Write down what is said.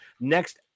next